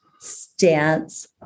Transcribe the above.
stance